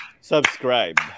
Subscribe